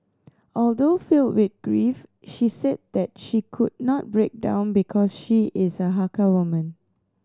although filled with grief she said that she could not break down because she is a Hakka woman